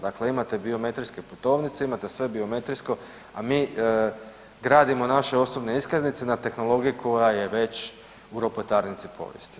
Dakle imate biometrijske putovnice, imate sve biometrijsko, a mi gradimo naše osobne iskaznice na tehnologija koja je već u ropotarnici povijesti.